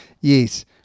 Yes